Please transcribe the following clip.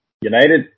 United